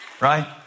Right